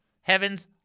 heaven's